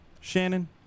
Shannon